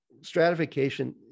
stratification